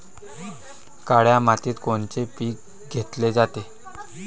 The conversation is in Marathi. काळ्या मातीत कोनचे पिकं घेतले जाते?